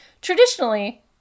Traditionally